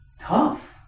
tough